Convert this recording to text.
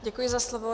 Děkuji za slovo.